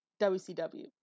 wcw